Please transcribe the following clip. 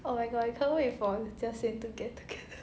oh my god I can't wait for jiaxian to get together